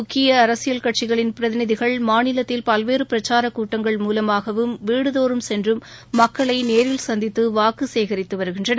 முக்கியஅரசியல் கட்சிகளின் பிரதிநிதிகள் மாநிலத்தில் பல்வேறுபிரச்சாரகூட்டங்கள் மூலமாகவும் வீடுதோறும் சென்றும் மக்களைநேரில் சந்தித்துவாக்குசேகரித்துவருகின்றனர்